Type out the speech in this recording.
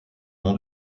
nom